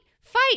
fight